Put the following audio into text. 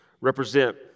represent